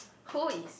who is